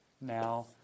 now